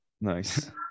Nice